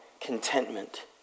contentment